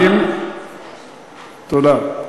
תודה.